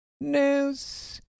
news